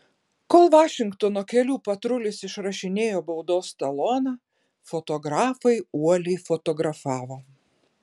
kol vašingtono kelių patrulis išrašinėjo baudos taloną fotografai uoliai fotografavo